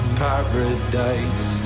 paradise